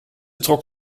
trok